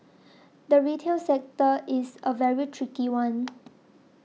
the retail sector is a very tricky one